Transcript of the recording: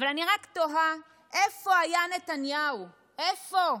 אבל אני רק תוהה איפה היה נתניהו, איפה,